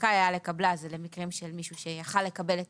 ה'זכאי היה לקבלה' זה למקרים שמישהו יכול היה לקבל את